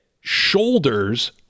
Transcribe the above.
shoulders